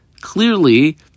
clearly